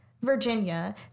Virginia